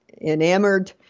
enamored